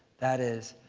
that is,